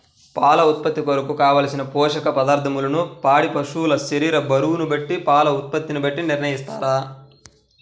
పాల ఉత్పత్తి కొరకు, కావలసిన పోషక పదార్ధములను పాడి పశువు శరీర బరువును బట్టి పాల ఉత్పత్తిని బట్టి నిర్ణయిస్తారా?